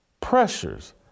pressures